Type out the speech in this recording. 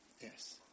Yes